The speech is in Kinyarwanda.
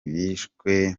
bishwe